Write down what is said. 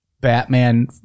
Batman